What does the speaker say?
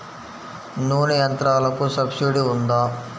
నూనె యంత్రాలకు సబ్సిడీ ఉందా?